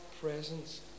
presence